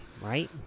right